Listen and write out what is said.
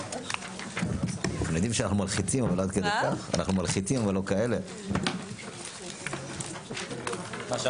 14:49.